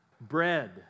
bread